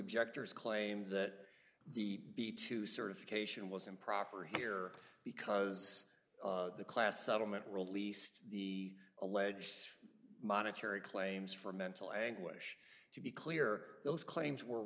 objectors claim that the b two certification was improper here because the class settlement released the alleged monetary claims for mental anguish to be clear those claims were